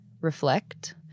reflect